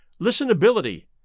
listenability